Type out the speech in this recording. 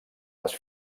les